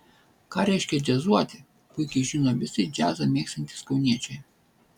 ką reiškia džiazuoti puikiai žino visi džiazą mėgstantys kauniečiai